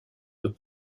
peut